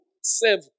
save